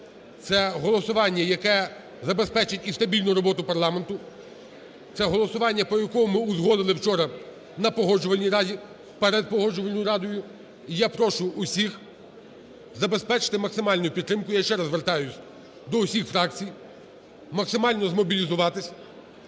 це голосування, яке забезпечить і стабільну роботу парламенту, це голосування, по якому ми узгодили вчора на Погоджувальній раді, перед Погоджувальною радою. І я прошу усіх забезпечити максимальну підтримку, я ще раз звертаюсь до усіх фракцій, максимально змобілізуватись